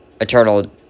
eternal